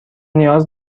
نیاز